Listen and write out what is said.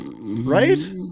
Right